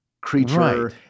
creature